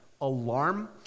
alarm